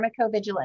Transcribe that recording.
Pharmacovigilance